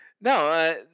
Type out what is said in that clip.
No